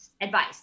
advice